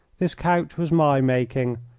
this couch was my making,